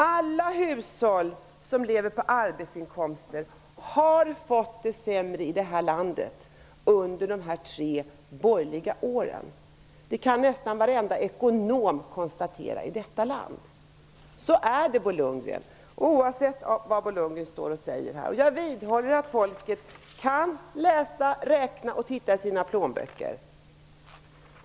Alla hushåll som lever på arbetsinkomster har fått det sämre i det här landet under de tre borgerliga åren. Det kan nästan varenda ekonom i detta land konstatera. Så är det Bo Lundgren, oavsett vad Bo Lundgren säger här. Jag vidhåller att folket kan läsa, räkna och titta i sina plånböcker.